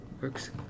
works